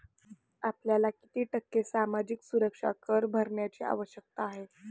आपल्याला किती टक्के सामाजिक सुरक्षा कर भरण्याची आवश्यकता आहे?